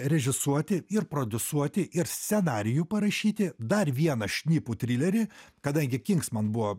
režisuoti ir prodiusuoti ir scenarijų parašyti dar vieną šnipų trilerį kadangi kinksman buvo